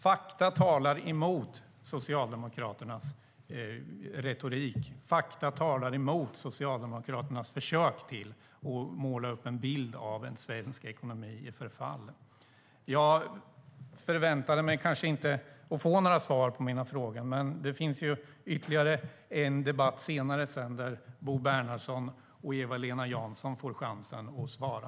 Fakta talar emot Socialdemokraternas retorik. Fakta talar emot Socialdemokraternas försök att måla upp en bild av svensk ekonomi i förfall. Jag förväntade mig kanske inte att få några svar på mina frågor, men det kommer ytterligare en debatt där Bo Bernhardsson och Eva-Lena Jansson får chansen att svara.